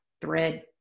thread